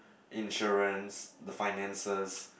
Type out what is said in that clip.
insurance the finances